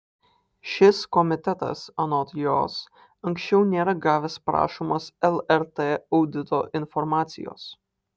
šis komitetas anot jos anksčiau nėra gavęs prašomos lrt audito informacijos